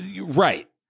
Right